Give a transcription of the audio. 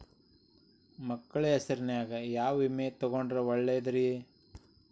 ಮಕ್ಕಳ ಹೆಸರಿನ್ಯಾಗ ಯಾವ ವಿಮೆ ತೊಗೊಂಡ್ರ ಒಳ್ಳೆದ್ರಿ?